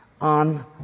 on